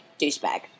douchebag